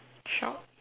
sure